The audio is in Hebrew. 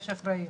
יש אחריות.